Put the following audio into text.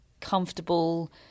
comfortable